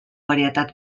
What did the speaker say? varietat